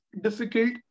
difficult